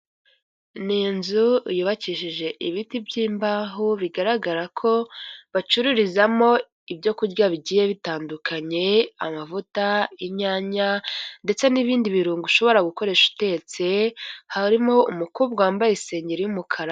Ni inzu yubakishije ibiti by'imbaho bigaragara ko bacururizamo ibyo kurya bigiye bitandukanye; amavuta, inyanya ndetse n'ibindi birungo ushobora gukoresha utetse, harimo umukobwa wambaye isengeri y'umukara.